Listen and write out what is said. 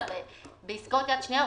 אלא בעסקאות יד שנייה,